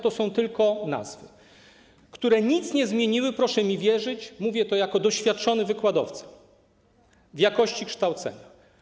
To są tylko nazwy, które nic nie zmienią - proszę mi wierzyć, mówię to jako doświadczony wykładowca - jeśli chodzi o jakość kształcenia.